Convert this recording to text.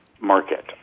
market